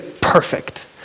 perfect